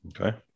Okay